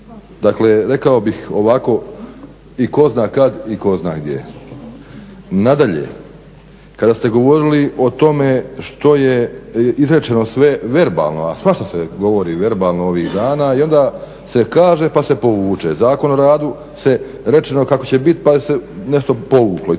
Dakle, rekao bih ovako i tko zna kad i tko zna gdje. Nadalje, kada ste govorili o tome što je izrečeno sve verbalno, a svašta se govori verbalno ovih dana i onda se kaže pa se povuče. Zakon o radu je rečeno kako će biti pa se nešto povuklo